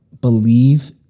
believe